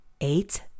Eight